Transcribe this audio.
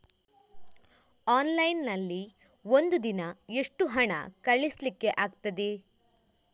Online ನಲ್ಲಿ ಒಂದು ದಿನ ಎಷ್ಟು ಹಣ ಕಳಿಸ್ಲಿಕ್ಕೆ ಆಗ್ತದೆ?